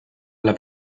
alla